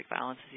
violence